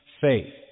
faith